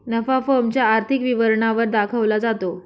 नफा फर्म च्या आर्थिक विवरणा वर दाखवला जातो